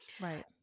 Right